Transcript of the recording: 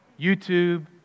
YouTube